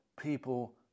people